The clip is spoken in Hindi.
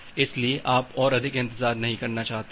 इसलिए आप और अधिक इंतजार नहीं करना चाहते हैं